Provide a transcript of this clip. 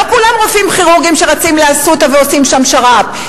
לא כולם רופאים כירורגים שרצים ל"אסותא" ועושים שם שר"פ.